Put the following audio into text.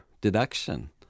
deduction